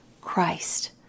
Christ